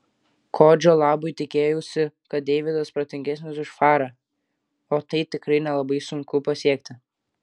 kodžio labui tikėjausi kad deividas protingesnis už farą o tai tikrai nelabai sunku pasiekti